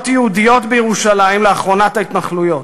יהודיות בירושלים ולאחרונת ההתנחלויות.